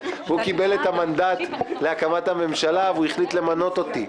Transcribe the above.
והוא קיבל את המנדט להקמת הממשלה והוא החליט למנות אותי.